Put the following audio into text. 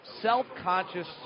self-conscious